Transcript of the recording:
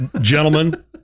Gentlemen